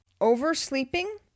oversleeping